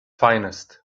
finest